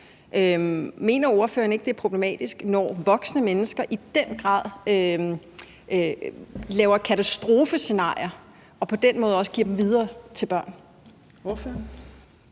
Mener ordføreren ikke, det er problematisk, at voksne mennesker i den grad laver katastrofescenarier og på den måde giver dem videre til børnene?